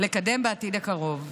לקדם בעתיד הקרוב.